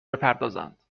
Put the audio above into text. بپردازند